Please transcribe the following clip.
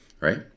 right